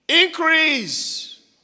Increase